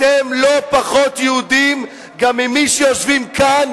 אתם לא פחות יהודים גם ממי שיושבים כאן,